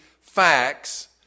facts